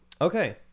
Okay